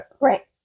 Right